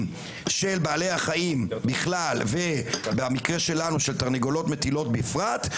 של בעלי החיים בכלל ותרנגולות מטילות בפרט,